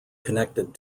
connected